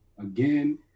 again